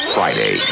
Friday